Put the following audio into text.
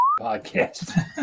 podcast